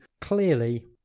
clearly